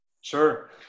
Sure